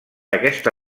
aquesta